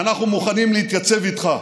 אנחנו מוכנים להתייצב איתך.